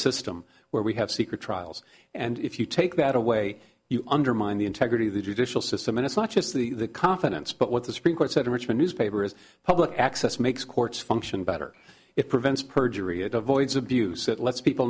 system where we have secret trials and if you take that away you undermine the integrity of the judicial system and it's not just the confidence but what the supreme court said in richmond newspaper is public access makes courts function better it prevents perjury it avoids abuse it let's people